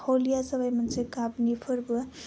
हलिया जाबाय मोनसे गाबनि फोरबो